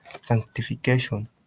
Sanctification